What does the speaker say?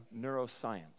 neuroscience